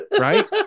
right